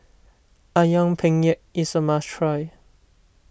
Ayam Penyet is a must try